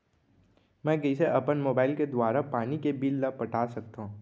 मैं कइसे अपन मोबाइल के दुवारा पानी के बिल ल पटा सकथव?